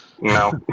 No